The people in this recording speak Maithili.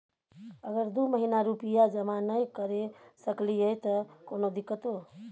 अगर दू महीना रुपिया जमा नय करे सकलियै त कोनो दिक्कतों?